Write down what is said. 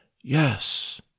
Yes